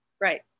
right